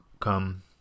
come